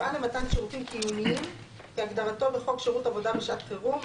"מפעל למתן שירותים קיומיים" כהגדרתו בחוק שירות עבודה בשעת-חירום,